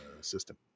system